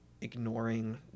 ignoring